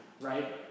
right